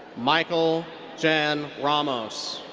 michel jan ramos.